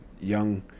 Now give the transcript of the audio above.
Young